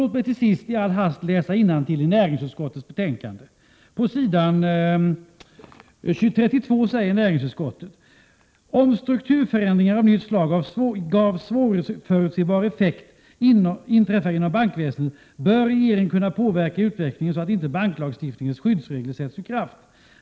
Låt mig till sist i all hast läsa innantill i näringsutskottets aktuella ”Om strukturförändringar av nytt slag med svårförutsebara effekter inträffar inom bankväsendet bör regeringen kunna påverka utvecklingen så att inte banklagstiftningens skyddsregler sätts ur kraft.